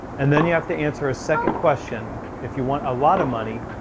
and then you have to answer a second question if you want a lot of money.